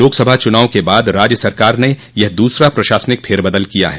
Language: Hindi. लोकसभा चुनाव के बाद राज्य सरकार ने यह दूसरा प्रशासनिक फेरबदल किया है